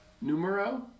numero